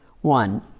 One